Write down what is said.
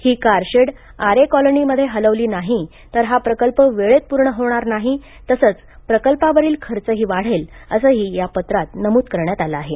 ही car shed Aarey कॉलनीमध्ये हलवली नाही तर हा प्रकल्प वेळेत पूर्ण होणार नाही तसेच प्रकल्पावरील खर्चही वाढेल असेही या पत्रात नमूद करण्यात आले आहे